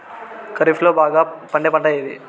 ఖరీఫ్ లో బాగా పండే పంట ఏది?